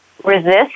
resist